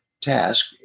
task